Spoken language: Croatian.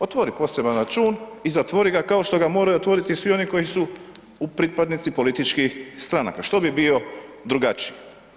Otvori poseban račun i zatvori ga kao što ga moraju otvoriti i svi oni koji su u pripadnici političkih stranaka, što bi bio drugačiji?